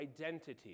identity